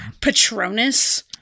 Patronus